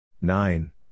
Nine